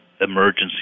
emergency